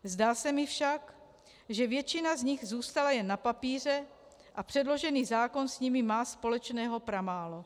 Zdá se mi však, že většina z nich zůstala jen na papíře a předložený zákon s nimi má společného pramálo.